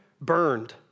burned